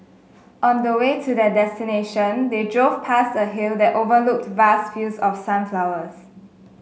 on the way to their destination they drove past a hill that overlooked vast fields of sunflowers